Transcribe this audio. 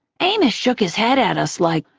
amos shook his head at us like,